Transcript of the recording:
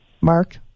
Mark